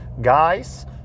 guys